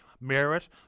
merit